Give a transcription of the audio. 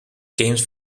games